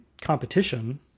competition